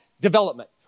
development